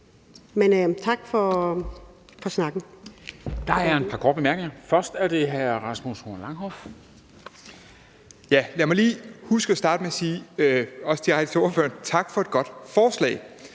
tak for snakken.